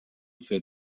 für